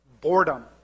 boredom